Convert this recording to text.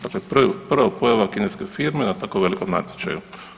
Dakle, prva pojava kineske firme na tako velikom natječaju.